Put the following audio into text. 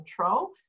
control